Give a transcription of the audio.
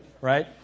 Right